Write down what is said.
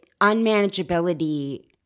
unmanageability